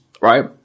right